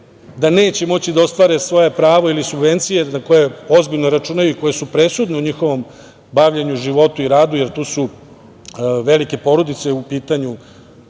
da neće moći da ostvare svoje pravo ili subvencije na koje ozbiljno računaju, koje su presudne u njihovom bavljenju, životu i radu, jer to su velike porodice u pitanju,